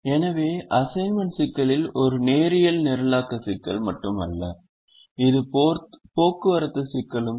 எனவே அசைன்மென்ட் சிக்கல் ஒரு நேரியல் நிரலாக்க சிக்கல் linear programming problem மட்டுமல்ல இது போக்குவரத்து சிக்கலும் transportation problem